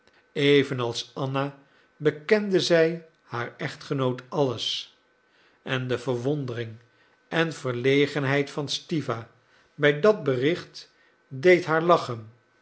anna bekende zij haar echtgenoot alles en de verwondering en verlegenheid van stiwa bij dat bericht deed haar lachen